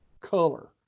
color